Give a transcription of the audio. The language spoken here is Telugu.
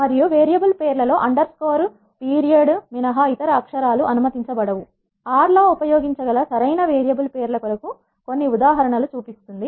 మరియు వేరియబుల్ పేర్లలో అండర్ స్కోర్ పీరియడ్ మినహా ఇతర అక్షరాలు అనుమతించబడవు ఆర్ R లో ఉపయోగించగల సరైన వేరియబుల్ పేర్ల కొరకు కొన్ని ఉదాహరణ లు చూపిస్తుంది